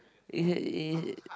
is it is it